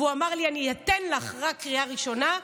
והוא אמר לי: אני אתן לך רק קריאה ראשונה,